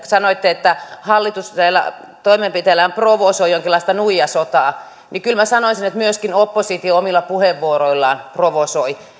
sanoitte että hallitus näillä toimenpiteillään provosoi jonkinlaista nuijasotaa niin kyllä minä sanoisin että myöskin oppositio omilla puheenvuoroillaan provosoi